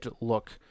look